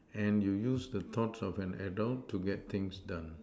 and you use the thoughts of an adult to get things done